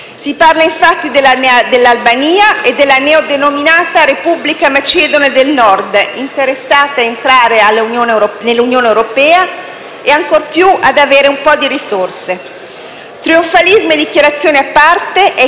si parla, infatti, dell'Albania e della neodenominata Repubblica macedone del Nord, interessate a entrare nell'Unione europea e ancor più ad avere un po' di risorse. Trionfalismo e dichiarazioni a parte, è